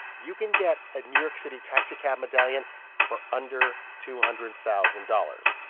you can get a new york city taxicab medallion for under two hundred thousand dollars,